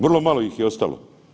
Vrlo malo ih je ostalo.